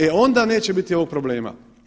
E onda neće biti ovog problema.